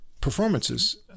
performances